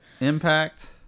Impact